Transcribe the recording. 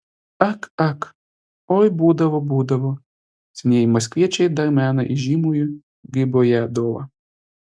ak ak oi būdavo būdavo senieji maskviečiai dar mena įžymųjį gribojedovą